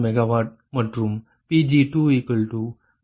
5 MW ஆகும்